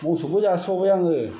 मोसौबो जासिबावबाय आङो